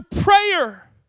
prayer